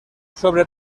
sobre